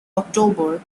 october